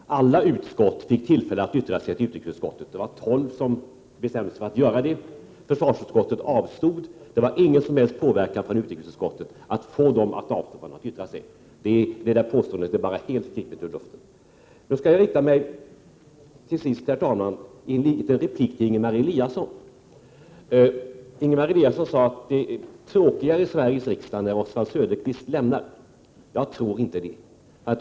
Herr talman! Alla utskott fick tillfälle att yttra sig till utrikesutskottet. Tolv utskott bestämde sig för att göra det. Försvarsutskottet avstod. Men det var ingen som helst påverkan från utrikesutskottet för att få försvarsutskottet att avstå från att yttra sig, så ett sådant resonemang är helt gripet ur luften. Till sist vänder jag mig till Ingemar Eliasson. Han sade att det blir tråkigare i Sveriges riksdag när Oswald Söderqvist lämnar riksdagen. Jag tror inte det.